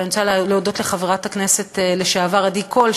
ואני רוצה להודות לחברת הכנסת לשעבר עדי קול,